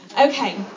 okay